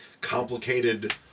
complicated